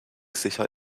sicher